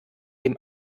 dem